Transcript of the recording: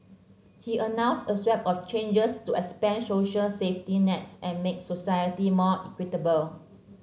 he announced a swathe of changes to expand social safety nets and make society more equitable